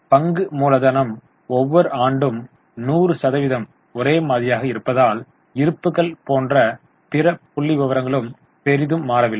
எனவே பங்கு மூலதனம் ஒவ்வொரு ஆண்டும் 100 சதவிகிதம் ஒரே மாதிரியாக இருப்பதால் இருப்புக்கள் போன்ற பிற புள்ளிவிவரங்களும் பெரிதும் மாறவில்லை